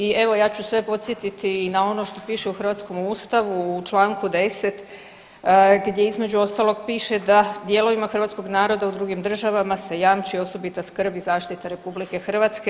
I evo ja ću sve podsjetiti i na ono što piše u hrvatskom Ustavu u članku 10. gdje između ostalog piše da dijelovima hrvatskog naroda u drugim državama se jamči osobita skrb i zaštita Republike Hrvatske.